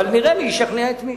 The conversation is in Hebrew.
אבל נראה מי ישכנע את מי.